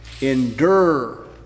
endure